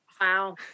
Wow